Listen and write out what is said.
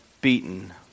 beaten